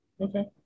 okay